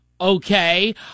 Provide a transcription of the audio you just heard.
okay